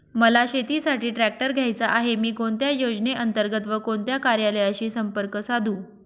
मला शेतीसाठी ट्रॅक्टर घ्यायचा आहे, मी कोणत्या योजने अंतर्गत व कोणत्या कार्यालयाशी संपर्क साधू?